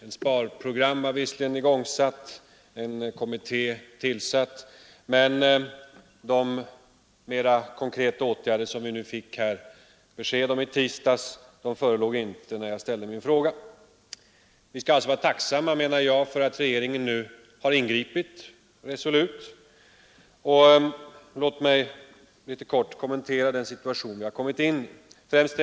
Ett sparprogram var visserligen framlagt, en kommitté tillsatt, men de mera konkreta åtgärder som vi fick besked om i tisdags förelåg inte när jag ställde min fråga. Vi skall alltså enligt min mening vara tacksamma för att regeringen nu har ingripit. Låt mig helt kort få kommentera den situation vi kommit in i.